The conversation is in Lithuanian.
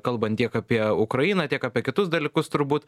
kalbant tiek apie ukrainą tiek apie kitus dalykus turbūt